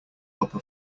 upper